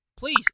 Please